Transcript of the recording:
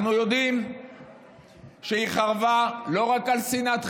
אנחנו יודעים שהיא חרבה לא רק על שנאת חינם,